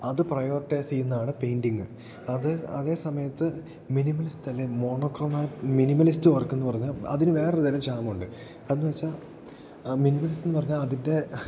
അത് പ്രയോറിറ്റൈസ് ചെയ്യുന്നതാണ് പെയിൻറ്റിങ് അത് അതേ സമയത്ത് മിനിമലിസ്റ്റ് അല്ലേൽ മോണോക്രോമാ മിനിമലിസ്റ്റ് വർക്ക് എന്ന് പറഞ്ഞാൽ അതിന് വേറൊരുതരം ചാമുണ്ട് എന്ന് വെച്ചാൽ മിനിമലിസ്റ്റ് എന്ന് പറഞ്ഞാൽ അതിൻ്റെ